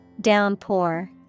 Downpour